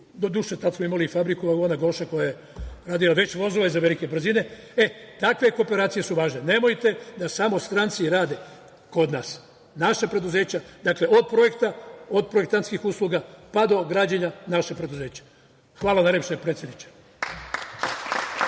do duše tada smo imali i fabriku, ovo je ona „Goša“ koja je radila veće vozove za velike brzine, e takve kooperacije su važne. Nemojte da samo stranci rade kod nas. Naša preduzeća, dakle od projekta, od projektantskih usluga pa do građenja – naša preduzeća. Hvala najlepše, predsedniče.